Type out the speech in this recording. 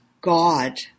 God